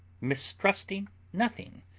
mistrusting nothing,